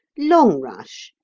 longrush,